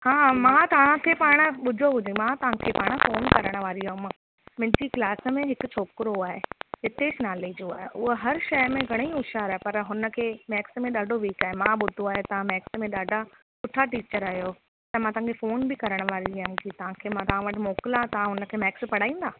हां मां तव्हांखे पाण ॿुधो हुजे मां तव्हांखे पाण फ़ोन करणु वारी हुअमि मुंहिंजी क्लास में हिकु छोकिरो आहे हितेश नाले जो आहे उहो हर शइ में घणेई होशियारु आहे पर हुनखे मैक्स में ॾाढो वीक आहे मां ॿुधो आहे तव्हां मैक्स में ॾाढा सुठा टीचर आहियो त मां तव्हांखे फ़ोन बि करणु वारी हुअमि की तव्हांखे मां तव्हां वटि मोकिलिया तव्हां हुनखे मैक्स पढ़ाईंदा